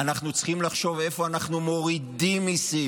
אנחנו צריכים לחשוב איפה אנחנו מורידים מיסים,